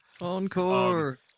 Encore